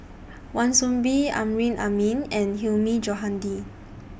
Wan Soon Bee Amrin Amin and Hilmi Johandi